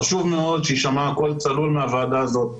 חשוב מאוד שיישמע קול צלול מהוועדה הזאת,